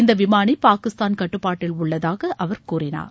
இந்த விமானி பாகிஸ்தான் கட்டுப்பாட்டில் உள்ளதாக அவர் தெரிவித்தார்